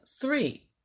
three